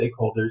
stakeholders